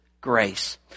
grace